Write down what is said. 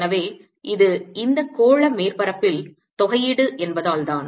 எனவே இது இந்த கோள மேற்பரப்பில் தொகையீடு என்பதால் தான்